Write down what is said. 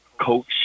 coach